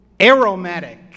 aromatic